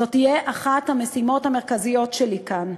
זאת תהיה אחת המשימות המרכזיות שלי כאן.